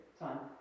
time